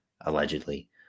allegedly